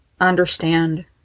understand